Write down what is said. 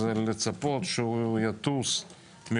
לצפות שיטוס משם